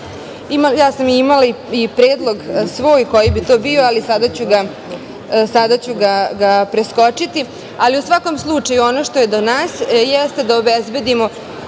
sam i svoj predlog, koji bi to bio, ali sada ću ga preskočiti. U svakom slučaju, ono što je do nas jeste da obezbedimo